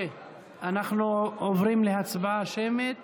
אנחנו עוברים להצבעה שמית